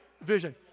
vision